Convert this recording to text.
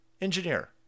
engineer